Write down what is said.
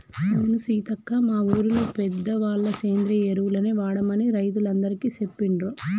అవును సీతక్క మా ఊరిలో పెద్దవాళ్ళ సేంద్రియ ఎరువులనే వాడమని రైతులందికీ సెప్పిండ్రు